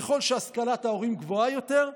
ככל שהשכלת ההורים גבוהה יותר,